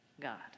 God